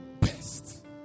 best